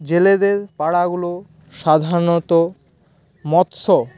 জেলেদের পাড়াগুলো সাধারণত মৎস্য